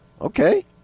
okay